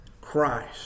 Christ